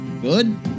Good